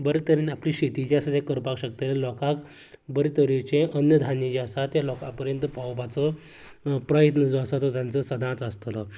बरें तरेन आपली शेती जी आसा ती करपाक शकतलें लोकांक बरें तरेचे अन्य धान्य जे आसा ते लोकां पर्यंत पावोवपाचो प्रयत्न जो आसा तो तांचो सदांच आसतलो